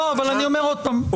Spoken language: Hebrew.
אני אומר עוד פעם,